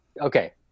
Okay